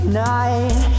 night